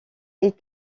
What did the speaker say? est